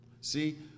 See